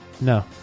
No